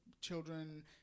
children